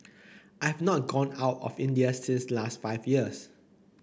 I have not gone out of India since last five years